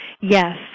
Yes